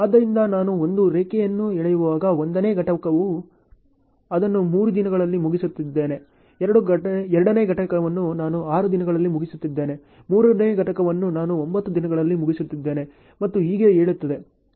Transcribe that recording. ಆದ್ದರಿಂದ ನಾನು ಒಂದು ರೇಖೆಯನ್ನು ಎಳೆಯುವಾಗ 1 ನೇ ಘಟಕವು ಅದನ್ನು 3 ದಿನಗಳಲ್ಲಿ ಮುಗಿಸುತ್ತಿದ್ದೇನೆ 2 ನೇ ಘಟಕವನ್ನು ನಾನು 6 ದಿನಗಳಲ್ಲಿ ಮುಗಿಸುತ್ತಿದ್ದೇನೆ 3 ನೇ ಘಟಕವನ್ನು ನಾನು 9 ದಿನಗಳಲ್ಲಿ ಮುಗಿಸುತ್ತಿದ್ದೇನೆ ಮತ್ತು ಹೀಗೆ ಹೇಳುತ್ತದೆ